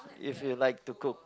if you like to cook